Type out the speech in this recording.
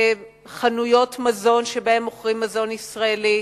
בחנויות מזון שבהן מוכרים מזון מישראל.